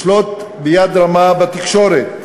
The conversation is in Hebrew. לשלוט ביד רמה בתקשורת,